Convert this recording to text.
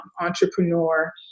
entrepreneur